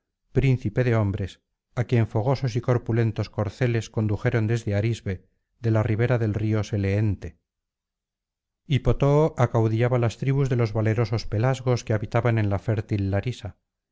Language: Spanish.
príncipe de hombres á quien fogosos y corpu lentos corceles condujeron desde arisbe de la ribera del río sele y pote acaudillada las tribus de los valerosos pelasgos que habitaban en la fértil larisa